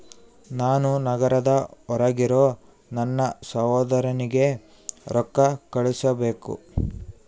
ನಾನು ನಗರದ ಹೊರಗಿರೋ ನನ್ನ ಸಹೋದರನಿಗೆ ರೊಕ್ಕ ಕಳುಹಿಸಬೇಕು